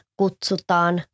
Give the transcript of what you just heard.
kutsutaan